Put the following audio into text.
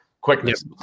Quickness